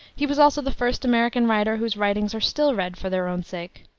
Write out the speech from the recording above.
he was also the first american writer whose writings are still read for their own sake.